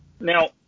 Now